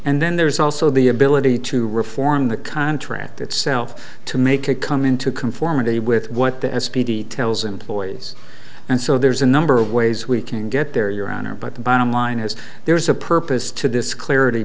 and then there's also the ability to reform the contract itself to make it come into conformity with what the s p d tells employees and so there's a number of ways we can get there your honor but the bottom line is there is a purpose to this clarity